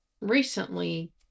recently